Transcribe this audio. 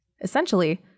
Essentially